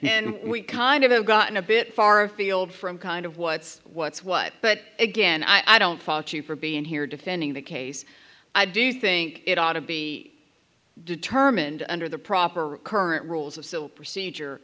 we kind of have gotten a bit far afield from kind of what's what's what but again i don't fault you for being here defending the case i do think it ought to be determined under the proper current rules of civil procedure